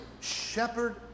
shepherd